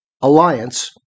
alliance